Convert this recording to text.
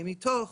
מתוך,